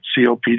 COPD